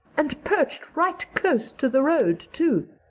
and perched right close to the road too.